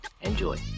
enjoy